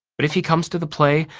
but if he comes to the play,